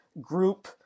group